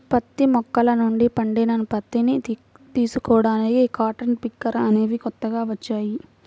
పత్తి మొక్కల నుండి పండిన పత్తిని తీసుకోడానికి కాటన్ పికర్ అనేవి కొత్తగా వచ్చాయి